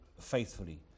faithfully